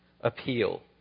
appeal